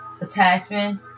attachment